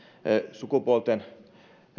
sukupuolten